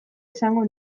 esango